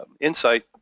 insight